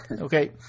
Okay